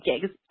gigs